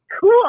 cool